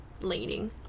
leading